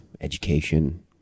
education